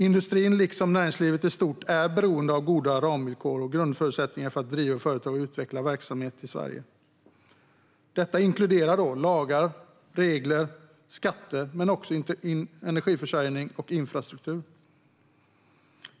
Industrin, liksom näringslivet i stort, är beroende av goda ramvillkor och grundförutsättningar för att driva företag och utveckla verksamhet i Sverige. Detta inkluderar lagar, regler och skatter, men också energiförsörjning och infrastruktur.